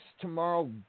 tomorrow